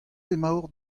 emaocʼh